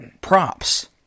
Props